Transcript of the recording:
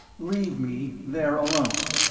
leave me there alone.